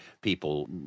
people